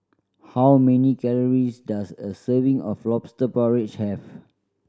how many calories does a serving of Lobster Porridge have